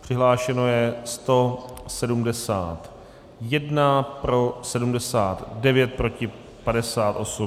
Přihlášeno je 171, pro 79, proti 58.